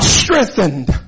strengthened